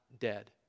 dead